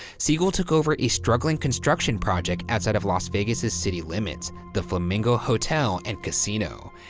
siegel took over a struggling construction project outside of las vegas's city limits, the flamingo hotel and casino.